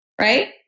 right